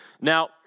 Now